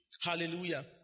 Hallelujah